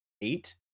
eight